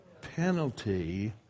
Penalty